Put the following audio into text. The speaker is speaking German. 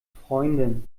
freundin